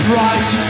right